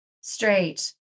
straight